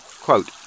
quote